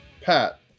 Pat